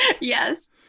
Yes